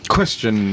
Question